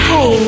Hey